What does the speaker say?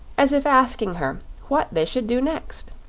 as if asking her what they should do next.